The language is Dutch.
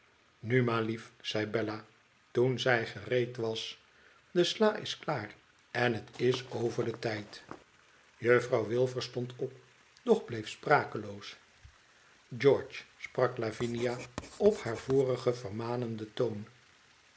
nu ma lief zei bella toen zij gereed was de sla is klaar en het is over den tijd juffrouw wilfer stond op doch bleef sprakeloos george sprak lavinia op haar vorigen vermanenden toon